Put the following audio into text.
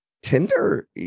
Tinder